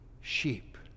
sheep